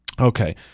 okay